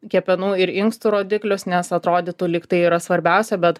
kepenų ir inkstų rodiklius nes atrodytų lyg tai yra svarbiausia bet